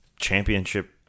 championship